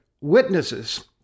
witnesses